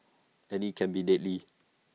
and IT can be deadly